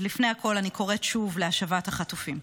אז לפני הכול, אני קוראת שוב להשבת החטופים.